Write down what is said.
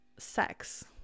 sex